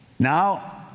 Now